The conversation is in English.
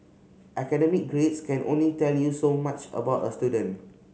academic grades can only tell you so much about a student